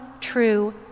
true